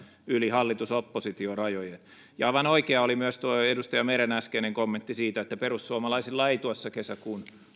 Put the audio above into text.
yli hallitus oppositio rajojen aivan oikea oli myös tuo edustaja meren äskeinen kommentti siitä että perussuomalaisilla ei tuossa kesäkuun